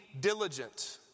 diligent